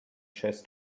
chess